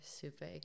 super